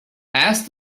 asked